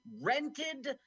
Rented